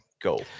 go